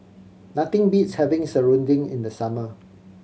nothing beats having serunding in the summer